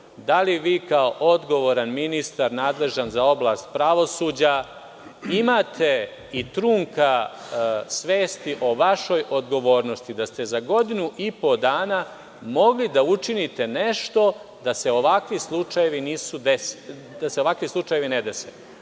da li vi kao odgovoran ministar nadležan za oblast pravosuđa imate i trunku svesti o vašoj odgovornosti. Da ste za godinu i po dana mogli da učinite nešto da se ovakvi slučajevi ne dese.